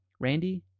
Randy